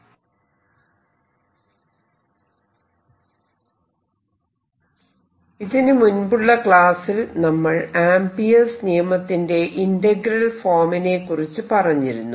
magnetic ഫീൽഡിന്റെ vector potential ഇതിനു മുൻപുള്ള ക്ലാസ്സിൽ നമ്മൾ ആംപിയേർസ് നിയമത്തിന്റെ ഇന്റഗ്രൽ ഫോമിനെകുറിച്ച് പറഞ്ഞിരുന്നു